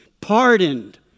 pardoned